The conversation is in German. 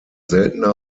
seltener